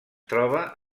troba